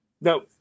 No